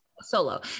Solo